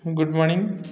good morning